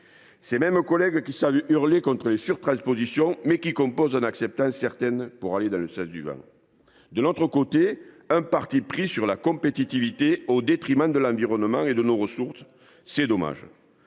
Ces mêmes collègues savent hurler contre les surtranspositions, mais composent en en acceptant certaines pour aller dans le sens du vent. Il y a un parti pris en faveur de la compétitivité, au détriment de l’environnement et de nos ressources. C’est dommage